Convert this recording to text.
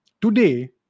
today